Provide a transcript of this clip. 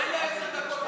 עשר דקות.